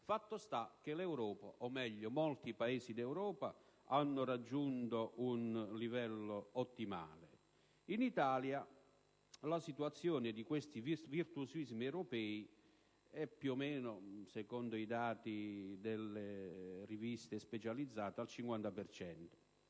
Fatto sta che l'Europa, o meglio molti Paesi d'Europa, hanno raggiunto un livello ottimale; in Italia la situazione rispetto a questi virtuosismi europei è, più o meno, secondo i dati delle riviste specializzate, al 50